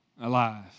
Alive